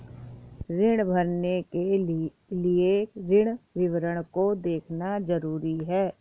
ऋण भरने के लिए ऋण विवरण को देखना ज़रूरी है